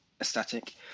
aesthetic